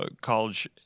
college